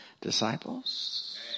disciples